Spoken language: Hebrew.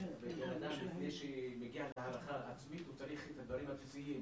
שבן אדם לפני שמגיע להערכה עצמית הוא צריך את הדברים הבסיסיים,